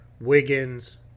wiggins